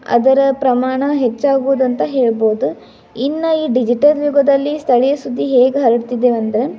ಅದರ ಪ್ರಮಾಣ ಹೆಚ್ಚಾಗುವುದು ಅಂತ ಹೇಳ್ಬೋದು ಇನ್ನು ಈ ಡಿಜಿಟಲ್ ಯುಗದಲ್ಲಿ ಸ್ಥಳೀಯ ಸುದ್ದಿ ಹೇಗೆ ಹರಡ್ತಿದೆ ಅಂದರೆ